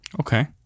Okay